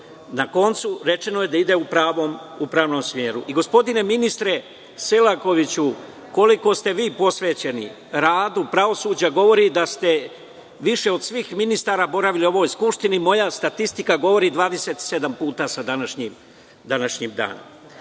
Na koncu rečeno je da ide u prvom smeru. Gospodine ministre Selakoviću, koliko ste vi posvećeni radu pravosuđa govori da ste više od svih ministara boravili u ovoj Skupštini. Moja statistika govori da ste bili 27 puta sa današnjim danom.